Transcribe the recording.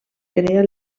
crea